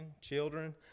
children